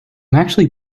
actually